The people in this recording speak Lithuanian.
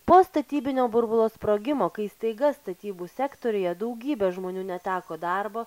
po statybinio burbulo sprogimo kai staiga statybų sektoriuje daugybė žmonių neteko darbo